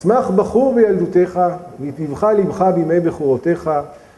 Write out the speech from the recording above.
‫שמח בחור בילדותך, ‫וייטיבך לבך בימי בחורותייך.